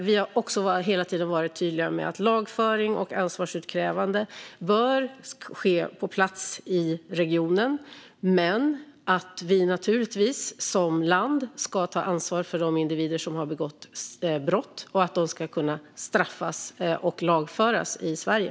Vi har också hela tiden varit tydliga med att lagföring och ansvarsutkrävande bör ske på plats i regionen men att vi naturligtvis som land ska ta ansvar för de individer som har begått brott och att de ska kunna lagföras och straffas i Sverige.